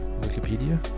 Wikipedia